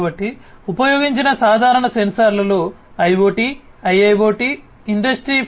కాబట్టి ఉపయోగించిన సాధారణ సెన్సార్లలో IoT IIoT ఇండస్ట్రీ 4